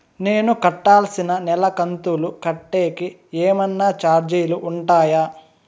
నేను కట్టాల్సిన నెల కంతులు కట్టేకి ఏమన్నా చార్జీలు ఉంటాయా?